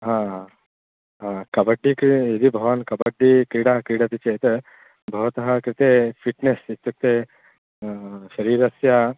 हा कब्बड्डि कृ यदि भवान् कब्बड्डि क्रीडा क्रीडति चेत् भवतः कृते फ़िट्नेस् इत्युक्ते शरीरस्य